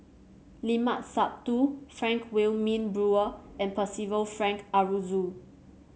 Limat Sabtu Frank Wilmin Brewer and Percival Frank Aroozoo